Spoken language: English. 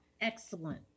excellent